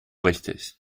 richtig